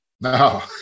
No